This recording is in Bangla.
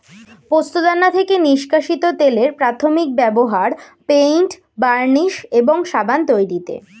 পোস্তদানা থেকে নিষ্কাশিত তেলের প্রাথমিক ব্যবহার পেইন্ট, বার্নিশ এবং সাবান তৈরিতে